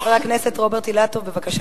חבר הכנסת רוברט אילטוב, בבקשה.